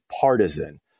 partisan